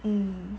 hmm